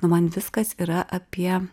nu man viskas yra apie